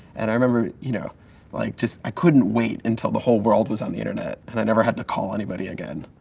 and i remember you know like just, i couldn't wait until the whole world was on the internet. and i never had to call anybody again.